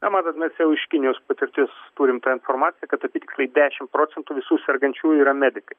na matot mes jau iš kinijos patirties turim tą informaciją kad apytiksliai dešimt procentų visų sergančiųjų yra medikai